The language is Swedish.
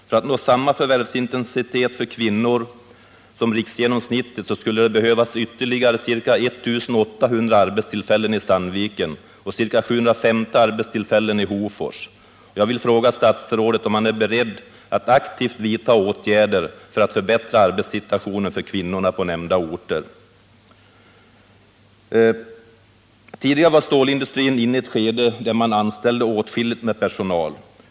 För att nå en förvärvsintensitet för kvinnorna som motsvarar riksgenomsnittet skulle det behövas ytterligare ca 1 800 arbetstillfällen i Sandviken och ca 750 i Hofors. Jag vill fråga statsrådet om han är beredd att aktivt vidta åtgärder för att förbättra arbetssituationen för kvinnorna på nämnda orter. Tidigare var stålindustrin inne i ett skede där man anställde åtskilligt med personal.